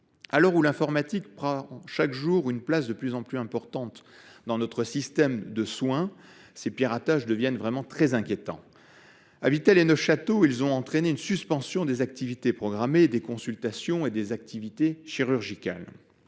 Alors que l’informatique prend chaque jour une place de plus en plus importante dans notre système de soins, ces piratages deviennent très inquiétants. À Vittel et à Neufchâteau, ils ont entraîné la suspension des activités programmées, des consultations et des interventions chirurgicales.